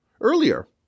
Earlier